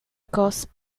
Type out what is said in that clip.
cause